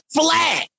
flat